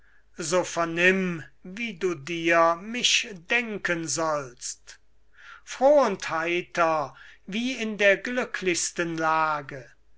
so vernimm wie du dir mich denken sollst froh und heiter wie in der glücklichsten lage